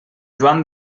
joan